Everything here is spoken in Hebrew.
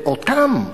ואותם,